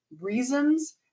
reasons